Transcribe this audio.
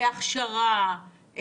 בהכשרה,